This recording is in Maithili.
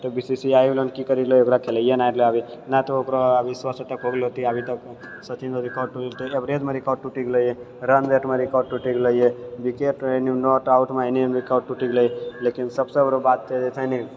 तऽ बी सी सी आइ वला नी कि करैले ओकरा खेलाइए नहि दैले नहि अभी नहि तऽ ओकरो अभी सए शतक हो गेल रहितै अभी तक सचिनरे रिकार्ड तोड़ि देतै एवरेजमे रिकार्ड टूटि गेलै रन रेटमे रिकार्ड टूटि गेलै विकेट नी नॉटआउटमे रिकार्ड टूटि गेलै लेकिन सभसँ बड़ो बात छै अखनि